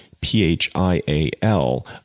P-H-I-A-L